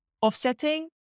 offsetting